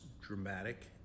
dramatic